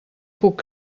puc